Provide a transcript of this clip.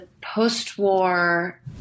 post-war